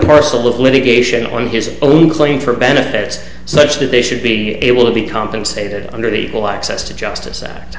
parcel of litigation on his own claim for benefits such that they should be able to be compensated under the full access to justice